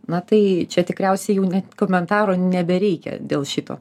na tai čia tikriausiai jau net komentarų nebereikia dėl šito